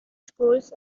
schools